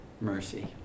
mercy